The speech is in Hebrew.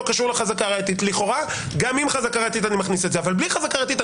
האזרחי אני צריך לחשוף אותה או